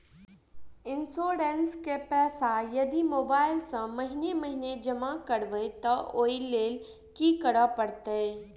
Insurance केँ पैसा यदि मोबाइल सँ महीने महीने जमा करबैई तऽ ओई लैल की करऽ परतै?